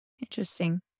interesting